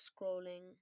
scrolling